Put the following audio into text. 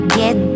get